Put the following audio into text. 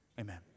amen